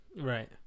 Right